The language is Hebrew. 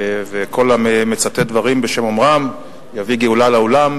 וכל המצטט דברים בשם אומרם יביא גאולה לעולם,